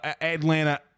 Atlanta